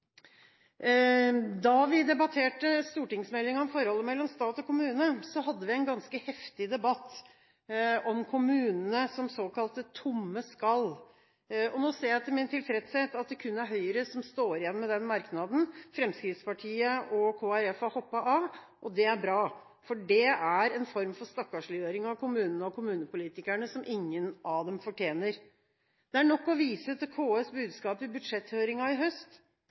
Da vi debatterte stortingsmeldingen om forholdet mellom stat og kommune, hadde vi en ganske heftig debatt om kommunene som såkalte tomme skall. Nå ser jeg til min tilfredshet at det kun er Høyre som står igjen med den merknaden – Fremskrittspartiet og Kristelig Folkeparti har hoppet av. Det er bra, for det er en form for stakkarsliggjøring av kommunene og kommunepolitikerne som ingen av dem fortjener. Det er nok å vise til KS’ budskap i budsjetthøringen i høst.